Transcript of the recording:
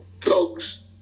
Dogs